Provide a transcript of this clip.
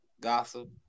gossip